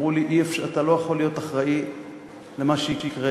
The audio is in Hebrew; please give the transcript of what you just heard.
אמרו לי: אתה לא יכול להיות אחראי למה שיקרה